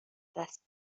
دست